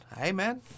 amen